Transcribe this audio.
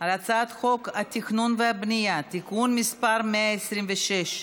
על הצעת חוק התכנון והבנייה (תיקון מס' 126),